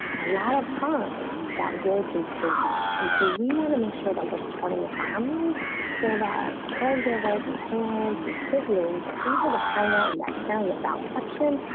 a lot of time that will continue. and so we want to make sure that we're supporting the family so that caregivers and parents and siblings are able to hang out and that caring about section,